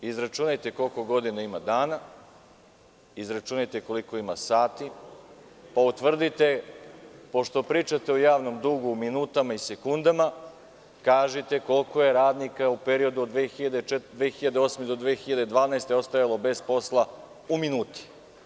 Izračunajte koliko godina ima dana, izračunajte koliko ima sati, pa utvrdite, pošto pričate o javnom dugu o minutama i sekundama, kažite koliko je radnika u periodu od 2008. do 2012. godine ostajalo bez posla u minuti.